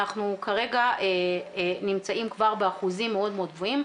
אנחנו כרגע נמצאים כבר באחוזים מאוד גבוהים.